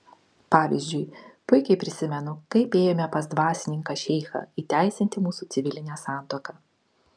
pavyzdžiui puikiai prisimenu kaip ėjome pas dvasininką šeichą įteisinti mūsų civilinę santuoką